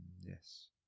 Yes